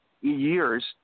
years